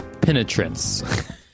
penetrance